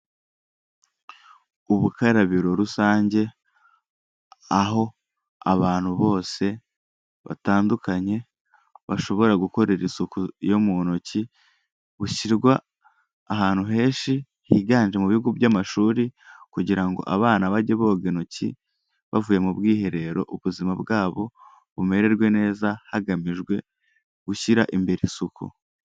Ubukarabiro rusange aho abantu bose batandukanye bashobora gukorera isuku yo mu ntoki, bushyirwa ahantu henshi higanje mu bigo by'amashuri kugira ngo abana bajye boga intoki bavuye mu bwiherero, ubuzima bwabo bumererwe neza hagamijwe gushyira imbere isuku.